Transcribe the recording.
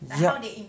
yup